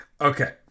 Okay